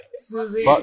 Susie